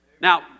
Now